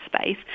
space